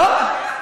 הציונות במיטבה.